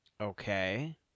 Okay